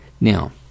Now